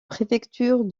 préfecture